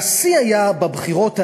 והשיא היה בבחירות האלה,